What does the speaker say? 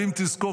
ואם תזכור,